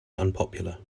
unpopular